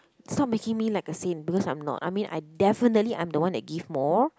stop making me like a saint because I'm not I mean I definitely I'm the one that give more